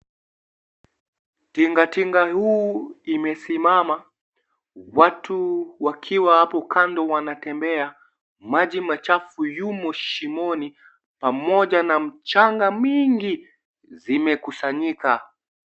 Tingatinga huu imesimama ,watu wakiwa hapo kando wanatembea . Maji machafu yumo shimoni pamoja na mchanga mingi zimekusanyika.